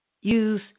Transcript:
Use